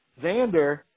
Xander